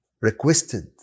requested